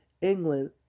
England